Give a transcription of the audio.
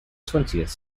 twentieth